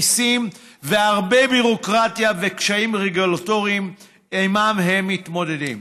מיסים והרבה ביורוקרטיה וקשיים רגולטוריים שעימם הם מתמודדים,